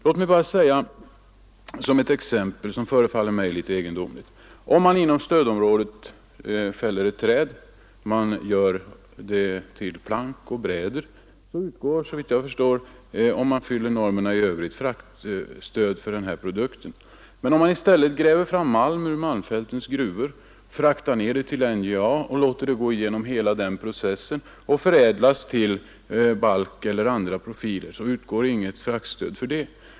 Låt mig bara nämna ett exempel som förefaller mig egendomligt. Om man inom stödområdet fäller ett träd och sedan gör plank och bräder av det utgår, såvitt jag förstår, fraktstöd för dessa produkter om man i övrigt fyller normerna. Men om man i stället gräver ut malm ur malmfältens gruvor, fraktar ned den till NJA och låter den gå igenom hela processen för att förädlas till balkar eller andra profiler, utgår inget fraktstöd.